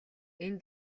энэ